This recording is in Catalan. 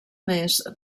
més